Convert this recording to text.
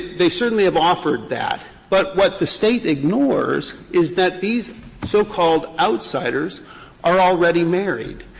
they certainly have offered that, but what the state ignores is that these so-called outsiders are already married.